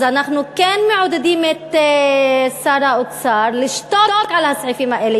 אז אנחנו כן מעודדים את שר האוצר לשתוק על הסעיפים האלה.